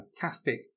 fantastic